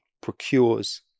procures